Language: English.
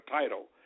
title